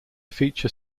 feature